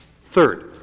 Third